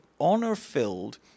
honor-filled